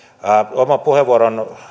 oman puheenvuoron